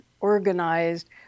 organized